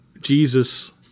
Jesus